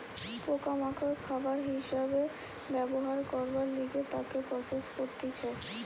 পোকা মাকড় খাবার হিসাবে ব্যবহার করবার লিগে তাকে প্রসেস করতিছে